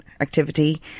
activity